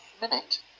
minute